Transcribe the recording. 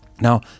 Now